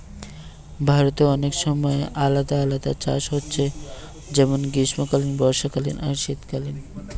ভারতে অনেক সময় আলাদা আলাদা চাষ হচ্ছে যেমন গ্রীষ্মকালীন, বর্ষাকালীন আর শীতকালীন